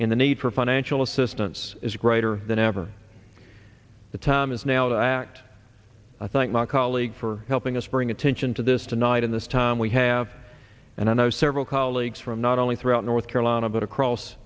in the need for financial assistance is greater than ever the time is now to act i think not colleague for helping us bring attention to this tonight in this time we have and i know several colleagues from not only throughout north carolina but across